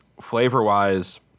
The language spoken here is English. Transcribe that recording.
Flavor-wise